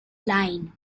line